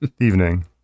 evening